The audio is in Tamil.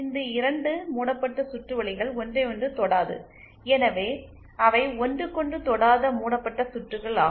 இந்த 2 மூடப்பட்ட சுற்று வழிகள் ஒன்றையொன்று தொடாது எனவே அவை ஒன்றுக்கொன்று தொடாத மூடப்பட்ட சுற்றுகள் ஆகும்